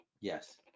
Yes